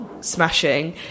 smashing